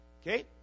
okay